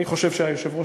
אני חושב שהיושב-ראש,